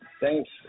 Thanks